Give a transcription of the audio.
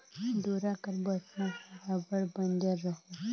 डोरा कर बटना हर अब्बड़ बंजर रहेल